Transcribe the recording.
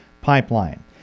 pipeline